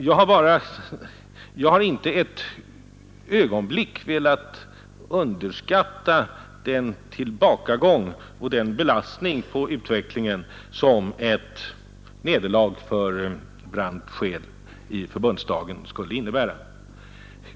Jag har inte ett ögonblick velat underskatta betydelsen av den tillbakagång och den belastning på utvecklingen som ett nederlag för Brandt-Scheel i förbundsdagen skulle innebära.